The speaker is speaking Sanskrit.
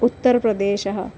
उत्तरप्रदेशः